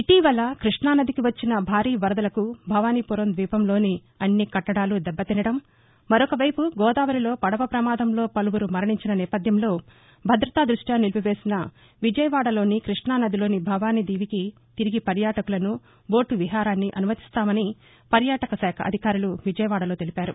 ఇటీవల కృష్ణానదికి వచ్చిన భారీ వరదలకు భవానీపురం ద్యీపంలోని అన్ని కట్టడాలు దెబ్బతినటం మరొక వైపు గోదావరిలో పదవ పమాదంలో పలువురు మరణించిన నేపథ్యంలో భద్రతా ద్బష్ట్య నిలిపివేసిన విజయవాడలోని కృష్ణానదిలోని భవాని దీవికి తిరిగి పర్యాటకులను బోటు విహారాన్ని అనుమతిస్తామని పర్యాటక శాఖ అధికారులు విజయవాడలో తెలిపారు